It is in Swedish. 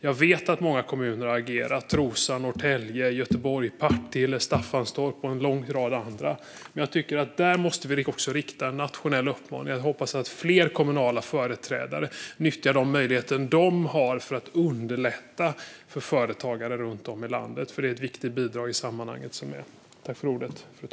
Jag vet att många kommuner har agerat: Trosa, Norrtälje, Göteborg, Partille, Staffanstorp och en lång rad andra. Men jag tycker att vi också måste rikta en nationell uppmaning. Jag hoppas att fler kommunala företrädare nyttjar de möjligheter de har att underlätta för företagare runt om i landet, för det är ett viktigt bidrag i sammanhanget.